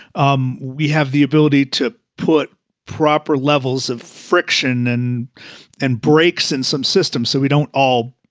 um we have the ability to put proper levels of friction and and breaks in some system so we don't all,